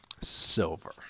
silver